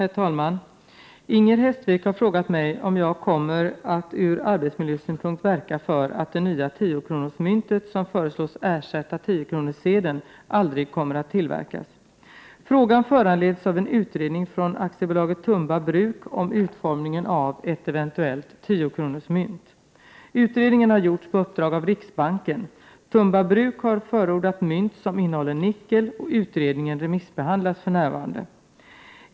Herr talman! Inger Hestvik har frågat mig om jag kommer att ur arbetsmiljösynpunkt verka för att det nya 10-kronorsmyntet, som föreslås ersätta 10-kronorssedeln, aldrig kommer att tillverkas. Frågan föranleds av en utredning från AB Tumba Bruk om utformningen av ett eventuellt 10-kronorsmynt. Utredningen har gjorts på uppdrag av riksbanken. Tumba Bruk har förordat mynt som innehåller nickel. Utredningen remissbehandlas för närvarande.